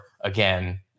again